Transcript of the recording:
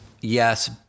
yes